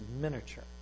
miniature